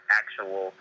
actual